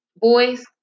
boys